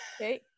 okay